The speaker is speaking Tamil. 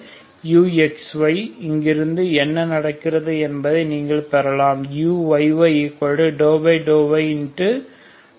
u 12uαα 32uαβ இங்கிருந்து என்ன நடக்கிறது என்பதை நீங்கள் பெறலாம் uyy∂y∂u∂y∂αuuαα